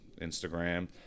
Instagram